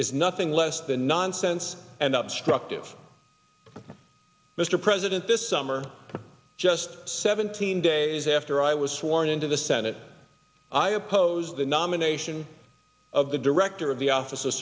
is nothing less than nonsense and up structed mr president this summer just seventeen days after i was sworn into the senate i opposed the nomination of the director of the office